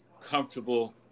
comfortable